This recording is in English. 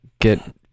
Get